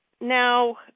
Now